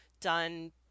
done